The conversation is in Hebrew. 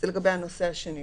זה לגבי הנושא השני.